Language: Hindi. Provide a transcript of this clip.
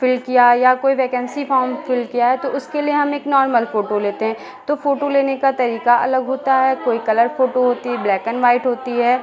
फ़िल किया या कोई वैकेंसी फ़ॉम फ़िल किया है तो उसके लिए हम एक नॉर्मल फ़ोटो लेते हैं तो फ़ोटू लेने का तरीका अलग होता है कोई कलर फ़ोटो होती है ब्लैक एन वाइट होती है